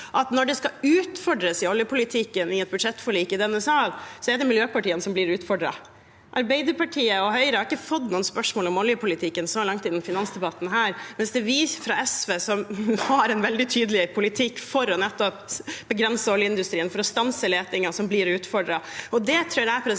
at når det skal utfordres i oljepolitikken i et budsjettforlik i denne salen, er det miljøpartiene som blir utfordret. Arbeiderpartiet og Høyre har ikke fått noen spørsmål om oljepolitikken så langt i denne finansdebatten, mens det er vi fra SV, som har en veldig tydelig politikk for å begrense oljeindustrien og for å stanse letingen, som blir utfordret. Det tror jeg er en